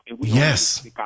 Yes